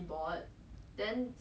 it's just put on top